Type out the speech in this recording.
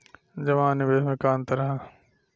जमा आ निवेश में का अंतर ह?